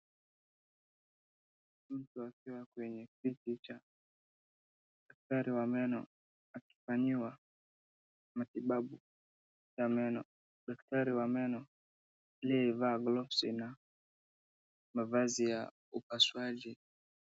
Mtu akiwa kwenye kiti cha daktari wa meno akifanyiwa matibabu ya meno. Daktari wa meno aliyevaa gloves na mavazi ya upasuaji.